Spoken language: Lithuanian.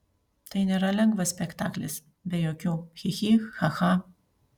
tai nėra lengvas spektaklis be jokių chi chi cha cha